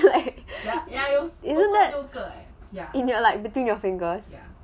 you look like you look like between your fingers